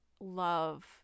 love